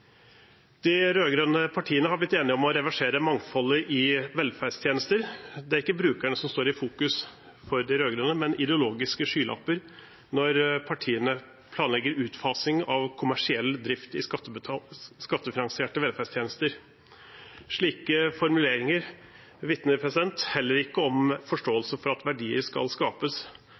De rød-grønne partiene har blitt enige om å reversere mangfoldet i velferdstjenester. Det er ikke brukerne som står i fokus for de rød-grønne, men ideologiske skylapper når partiene planlegger utfasing av kommersiell drift i skattefinansierte velferdstjenester. Slike formuleringer vitner heller ikke om forståelse for at verdier skal skapes.